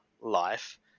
life